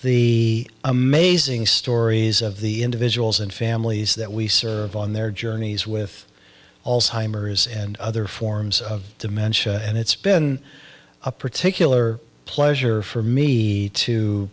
the amazing stories of the individuals and families that we serve on their journeys with also hires and other forms of dementia and it's been a particular pleasure for me to